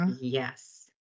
Yes